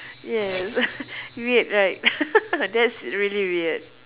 yes weird right that's really weird